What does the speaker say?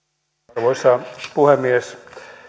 arvoisa puhemies